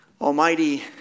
Almighty